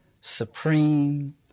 supreme